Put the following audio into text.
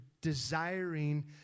desiring